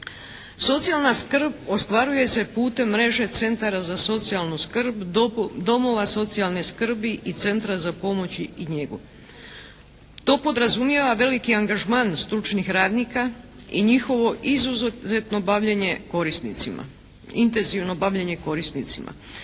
Socijalna skrb ostvaruje se putem mreže centara za socijalnu skrb, domova socijalne skrbi i centra za pomoć i njegu. To podrazumijeva veliki angažman stručnih radnika i njihovo izuzetno bavljenje korisnicima,